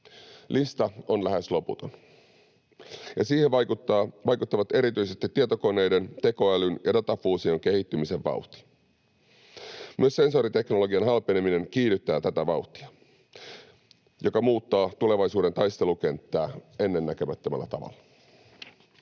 Lista on lähes loputon, ja siihen vaikuttavat erityisesti tietokoneiden, tekoälyn ja datafuusion kehittymisen vauhti. Myös sensoriteknologian halpeneminen kiihdyttää tätä vauhtia, joka muuttaa tulevaisuuden taistelukenttää ennennäkemättömällä tavalla.